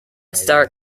start